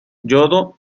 yodo